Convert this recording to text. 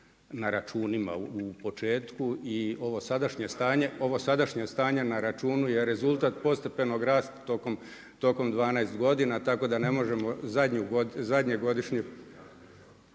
na računima u početku i ovo sadašnje stanje na računu je rezultat postepenog rasta tokom 12 godina, tako da ne možemo zadnje godišnje